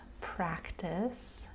practice